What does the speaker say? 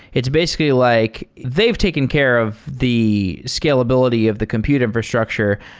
it's basically like they've taking care of the scalability of the compute infrastructure.